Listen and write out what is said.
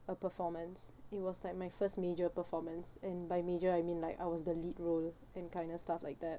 a performance it was like my first major performance and by major I mean like I was the lead role and kind of stuff like that